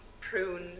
Prune